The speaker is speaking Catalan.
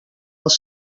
els